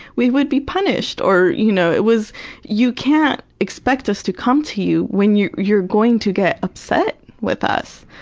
we would be punished or you know it was you can't expect us to come to you when you're you're going to get upset with us.